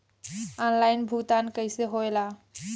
Online भुगतान कैसे होए ला?